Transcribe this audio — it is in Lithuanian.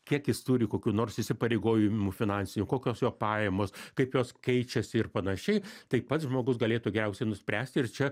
kiek jis turi kokių nors įsipareigojimų finansinių kokios jo pajamos kaip jos keičiasi ir panašiai tai pats žmogus galėtų geriausiai nuspręsti ir čia